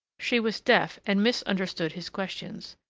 she was deaf, and misunderstood his questions.